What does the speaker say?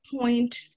point